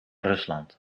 rusland